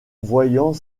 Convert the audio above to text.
voyant